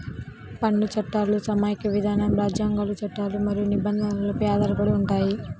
పన్ను చట్టాలు సమాఖ్య విధానం, రాజ్యాంగాలు, చట్టాలు మరియు నిబంధనలపై ఆధారపడి ఉంటాయి